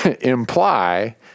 imply